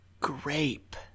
grape